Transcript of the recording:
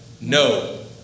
No